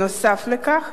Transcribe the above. נוסף על כך,